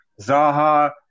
Zaha